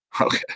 Okay